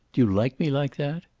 do you like me like that?